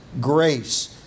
grace